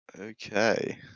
Okay